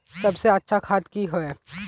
सबसे अच्छा खाद की होय?